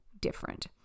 different